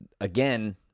again